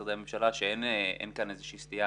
משרדי הממשלה שאין כאן איזושהי סטייה